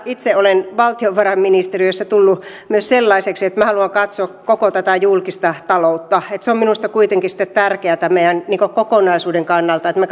itse olen valtiovarainministeriössä tullut myös sellaiseksi että haluan katsoa koko tätä julkista taloutta se on minusta kuitenkin tärkeätä kokonaisuuden kannalta että me